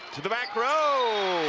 to the back row